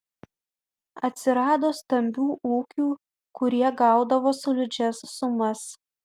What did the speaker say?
atsirado stambių ūkių kurie gaudavo solidžias sumas